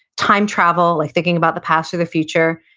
time travel, like thinking about the past or the future,